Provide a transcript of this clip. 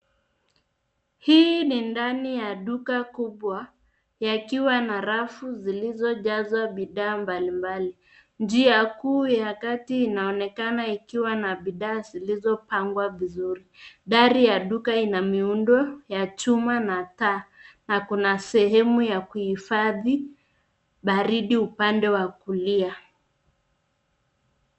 Hii ni ndani ya duka kubwa, yakiwa na rafu zilizojazwa bidhaa mbalimbali. Njia kuu ya kati inaonekana ikiwa na bidhaa zilizopangwa vizuri. Dari ya duka ina miundo ya chuma na taa, na kuna sehemu ya kuhifadhi baridi upande wa kulia.